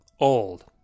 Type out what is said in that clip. old